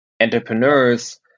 entrepreneurs